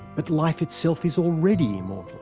but life itself is already immortal.